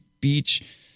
Beach